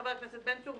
חבר הכנסת בן צור,